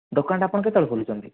ଦୋକାନଟା ଆପଣ କେତେବେଳେ ଖୋଲୁଛନ୍ତି